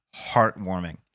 heartwarming